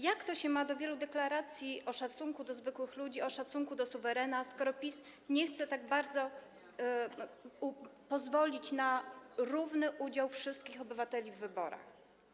Jak to się ma do wielu deklaracji o szacunku do zwykłych ludzi, o szacunku do suwerena, skoro PiS tak bardzo nie chce pozwolić na równy udział wszystkich obywateli w wyborach?